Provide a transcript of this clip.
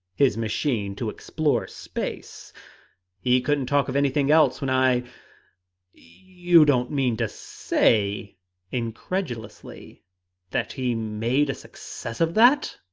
his machine to explore space he couldn't talk of anything else when i you don't mean to say incredulously that he made a success of that!